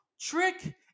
Trick